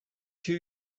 two